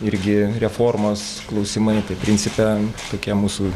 irgi reformos klausimai tai principe tokie mūsų